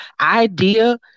idea